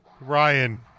Ryan